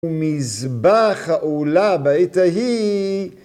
ומזבח העולה בית ההיא.